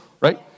right